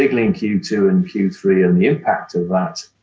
ah in q two and q three and the impact of that,